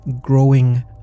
growing